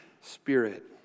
Spirit